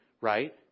Right